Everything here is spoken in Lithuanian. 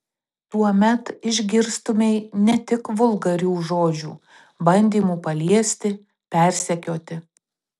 tuomet išgirstumei ne tik vulgarių žodžių bandymų paliesti persekioti